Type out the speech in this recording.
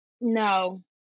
no